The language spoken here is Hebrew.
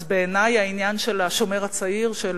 אז בעיני העניין של "השומר הצעיר", של